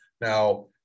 now